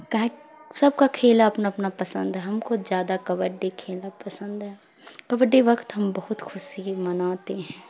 کاہک سب کا کھیلا اپنا اپنا پسند ہے ہم کو زیادہ کبڈی کھیلنا پسند ہے کبڈی وقت ہم بہت خوشی مناتے ہیں